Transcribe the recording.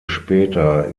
später